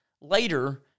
later